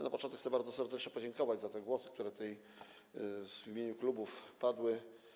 Na początek chcę bardzo serdecznie podziękować za te głosy, które tutaj w imieniu klubów padły.